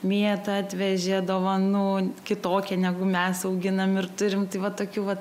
mėtą atvežė dovanų kitokią negu mes auginam ir turim tai va tokių vat